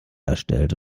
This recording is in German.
erstellt